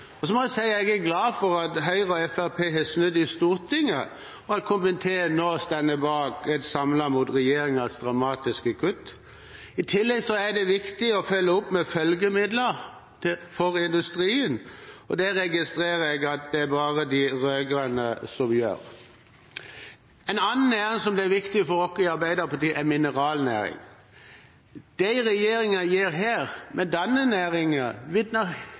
foreslår så store endringer i romfartspolitikken før de startet arbeidet med en romstrategi. Jeg må si at jeg er glad for at Høyre og Fremskrittspartiet har snudd i Stortinget, og at komiteen nå står samlet mot regjeringens dramatiske kutt. I tillegg er det viktig å følge opp med følgemidler for industrien, og det registrerer jeg at bare de rød-grønne gjør. En annen næring som er viktig for oss i Arbeiderpartiet, er mineralnæringen. Det regjeringen gjør med